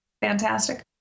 Fantastic